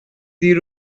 dir